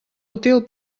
útil